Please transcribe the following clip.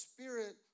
Spirit